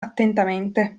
attentamente